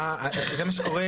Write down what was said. זה מה שקורה,